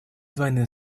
двойным